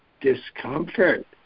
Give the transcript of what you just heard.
discomfort